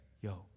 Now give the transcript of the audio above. Yo